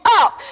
up